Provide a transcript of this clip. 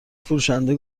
فروشنده